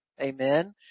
amen